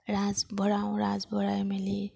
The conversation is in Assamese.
ৰাঁচ ভৰাওঁ ৰাঁচ ভৰাই মেলি